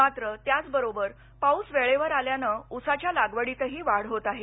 मात्र त्याचबरोबर पाऊस वेळेवर आल्यानं उसाच्या लागवडीतही वाढ होत आहे